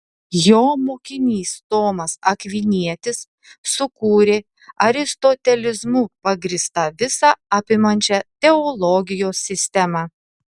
jo mokinys tomas akvinietis sukūrė aristotelizmu pagrįstą visa apimančią teologijos sistemą